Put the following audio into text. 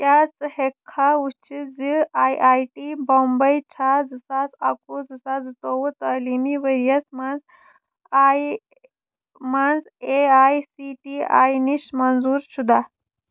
کیٛاہ ژٕ ہیٚککھا وٕچھِتھ زِ آی آی ٹی بومبَے چھا زٕ ساس اَکہٕ وُہ زٕ ساس زٕ تووُہ تعٲلیٖمی ؤرِیَس منٛز آی منٛز A I C T I نِش منظوٗر شُدہ